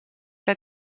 que